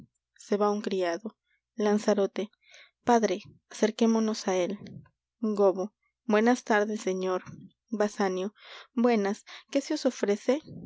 se va un criado lanzarote padre acerquémonos á él gobbo buenas tardes señor basanio buenas qué se os ofrece